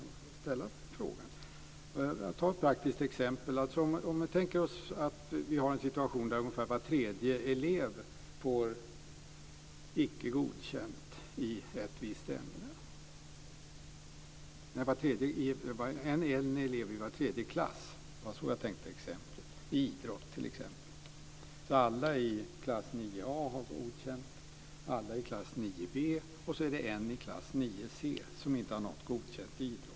Man kan ställa den frågan. Vi kan ta ett praktiskt exempel. Vi tänker oss att vi har en situation där ungefär en elev i var tredje klass får icke godkänt i ett visst ämne - t.ex. i idrott. Alla i klass 9 a och klass 9 b har alltså godkänt. Så är det en i klass 9 c som inte har nått godkänt i idrott.